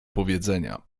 powiedzenia